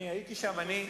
אתה מבטל,